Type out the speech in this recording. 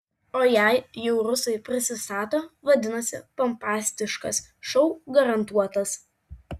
o jei jau rusai prisistato vadinasi pompastiškas šou garantuotas